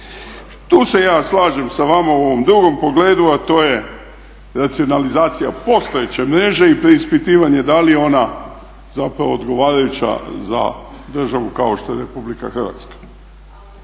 Tu se ja slažem sa vama u ovom drugom pogledu, a to je racionalizacija postojeće mreže i preispitivanje da li ona odgovarajuća za državu kao što je RH.